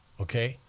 okay